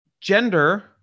gender